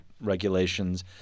regulations